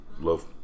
love